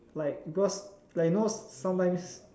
like because like you know sometimes